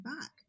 back